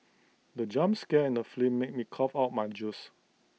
the jump scare in the flee made me cough out my juice